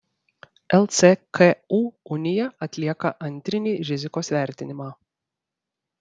lcku unija atlieka antrinį rizikos vertinimą